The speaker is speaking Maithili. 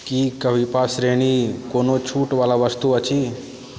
की कविपा श्रेणी कोनो छूट वला वस्तु अछि